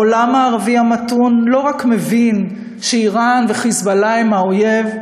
העולם הערבי המתון לא רק מבין שאיראן ו"חיזבאללה" הם האויב,